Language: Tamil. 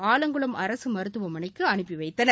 ஆலங்குளம் அரசு மருத்துவமனைக்கு அனுப்பி வைத்தனர்